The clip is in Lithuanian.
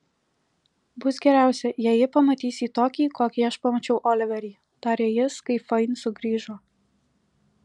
bus geriausia jei ji pamatys jį tokį kokį aš pamačiau oliverį tarė jis kai fain sugrįžo